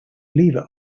lever